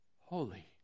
holy